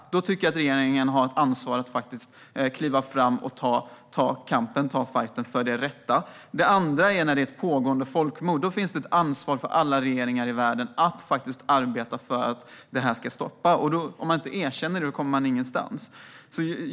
Då tycker jag att regeringen har ett ansvar att kliva fram och ta striden för det rätta. Det andra är när det är ett pågående folkmord. Då finns det ett ansvar för alla regeringar i världen att arbeta för att det ska stoppas. Om man då inte erkänner det kommer man ingenstans.